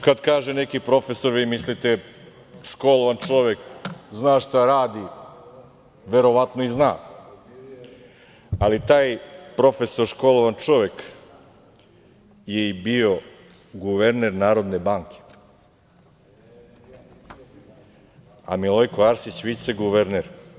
Kada kaže neki profesor, vi mislite – školovan čovek, zna šta radi, verovatno i zna, ali taj profesor, školovan čovek, bio je guverner Narodne banke, a Milojko Arsić viceguverner.